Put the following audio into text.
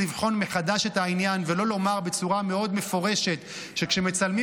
לבחון מחדש את העניין ולא לומר בצורה מפורשת מאוד שכשמצלמים